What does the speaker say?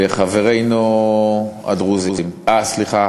בחברינו הדרוזים, סליחה,